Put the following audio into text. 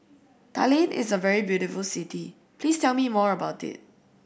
Tallinn is a very beautiful city please tell me more about it